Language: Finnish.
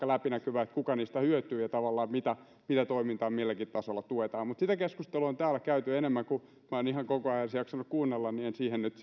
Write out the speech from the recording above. läpinäkyvää kuka niistä hyötyy ja tavallaan mitä toimintaa milläkin tasolla tuetaan mutta sitä keskustelua on täällä käyty enemmän ja minä en ihan koko ajan edes jaksanut sitä kuunnella niin että en siihen nyt